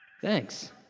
Thanks